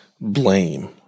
blame